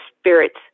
spirits